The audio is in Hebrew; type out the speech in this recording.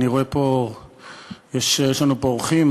אני רואה שיש לנו פה אורחים,